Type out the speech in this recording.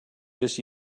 just